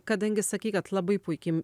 kadangi sakei kad labai puikiai